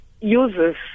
uses